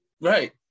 right